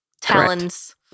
talons